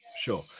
sure